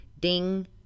ding